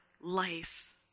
life